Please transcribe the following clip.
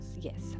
Yes